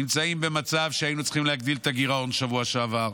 נמצאים במצב שהיינו צריכים להגדיל את הגירעון בשבוע שעבר,